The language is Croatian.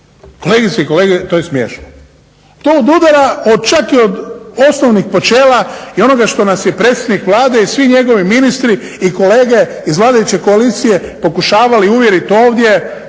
Kolegice i kolege to je smiješno, to odudara čak i od osnovnih počela i onoga što nas je predsjednik Vlade i svi njegovi ministri i kolege iz vladajuće koalicije pokušavali uvjerit ovdje